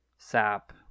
sap